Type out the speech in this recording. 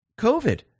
COVID